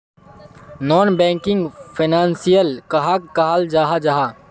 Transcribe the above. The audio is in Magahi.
नॉन बैंकिंग फैनांशियल कहाक कहाल जाहा जाहा?